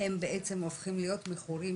הם בעצם הופכים להיות מכורים,